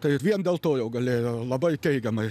tai vien dėl to jau galėjo labai teigiamai